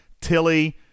Tilly